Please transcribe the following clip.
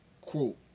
Quote